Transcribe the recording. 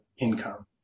income